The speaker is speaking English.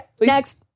Next